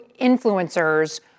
influencers